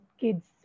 kids